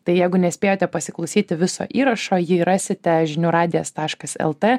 tai jeigu nespėjote pasiklausyti viso įrašo jį rasite žinių radijas taškas lt